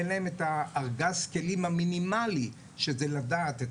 אין להם את ארגז הכלים המינימלי שזה לדעת את